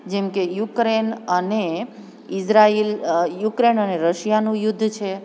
જેમકે યુક્રેન અને Israel Ukraine અને રશિયાનું યુદ્ધ છે